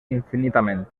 infinitament